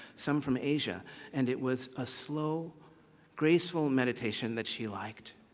some from asia and it was a slow graceful meditation that she liked.